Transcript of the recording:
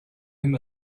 him